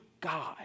God